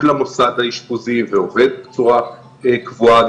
למוסד האשפוזי ועובד בצורה קבועה,